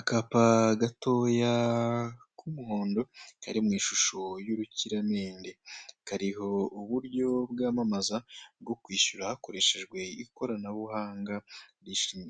Akapa gatoya k'umuhondo kari mu ishusho y'urukirampenda, kariho uburyo bwamamaza bwo kwishyura hakoreshejwe ikoranabuhanga